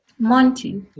Monty